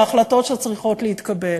בהחלטות שצריכות להתקבל.